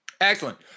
excellent